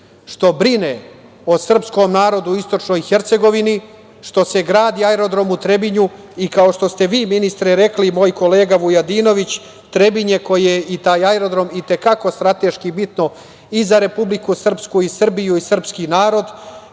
što brine o srpskom narodu u istočnoj Hercegovini, što se gradi aerodrom u Trebinju, kao što ste vi, ministre, rekli i moj kolega Vujadinović, Trebinje koje i taj aerodrom i te kako strateški bitan i za Republiku Srpsku i Srbiju i srpski narod